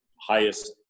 highest